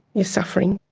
you're suffering.